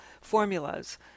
formulas